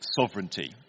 sovereignty